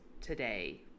today